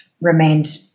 remained